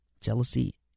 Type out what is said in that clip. jealousy